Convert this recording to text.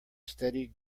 steady